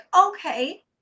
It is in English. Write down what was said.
okay